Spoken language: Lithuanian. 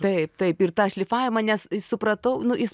taip taip ir tą šlifavimą nes supratau nu jis